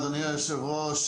אדוני היושב-ראש,